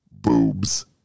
Boobs